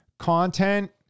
Content